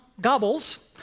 gobbles